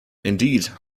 indeed